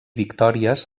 victòries